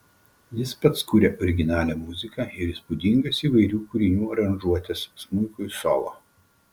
jis pats kuria originalią muziką ir įspūdingas įvairių kūrinių aranžuotes smuikui solo